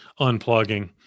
unplugging